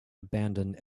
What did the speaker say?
abandoned